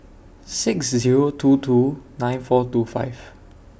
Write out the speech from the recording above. six Zero two two nine four two five